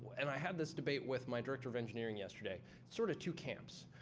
and i had this debate with my director of engineering yesterday. sort of two camps.